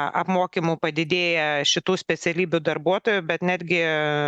a apmokymų padidėja šitų specialybių darbuotojų bet netgi